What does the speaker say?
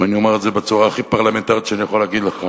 ואני אומר את זה בצורה הכי פרלמנטרית שאני יכול להגיד לך.